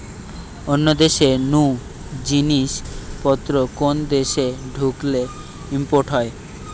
অন্য দেশ নু জিনিস পত্র কোন দেশে ঢুকলে ইম্পোর্ট হয়